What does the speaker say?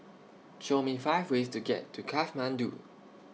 Show Me five ways to get to Kathmandu